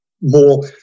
more